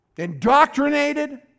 indoctrinated